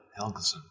Helgeson